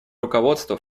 руководство